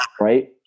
right